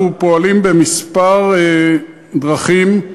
אנחנו פועלים בכמה דרכים,